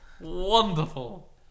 Wonderful